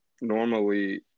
normally